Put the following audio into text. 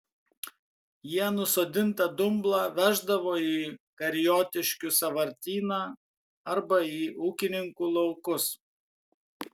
jie nusodintą dumblą veždavo į kariotiškių sąvartyną arba į ūkininkų laukus